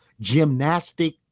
gymnastic